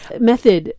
method